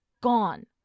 gone